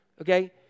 okay